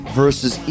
versus